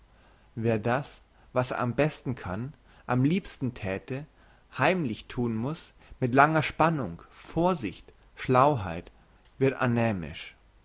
wer das was er am besten kann am liebsten thäte heimlich thun muss mit langer spannung vorsicht schlauheit wird anämisch